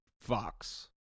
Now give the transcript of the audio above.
Fox